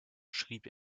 schrieb